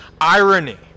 irony